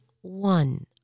one